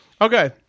Okay